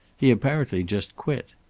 he apparently just quit.